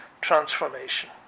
transformation